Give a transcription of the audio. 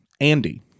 Andy